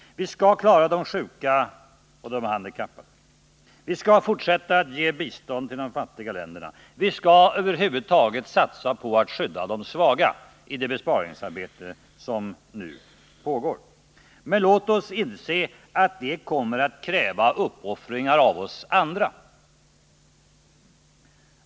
Vi skall klara de sjuka och de handikappade. Vi skall fortsätta att ge bistånd till de fattiga länderna. Vi skall över huvud taget satsa på att skydda de svaga i det besparingsarbete som nu pågår. Men låt oss inse att detta kommer att kräva uppoffringar av oss andra.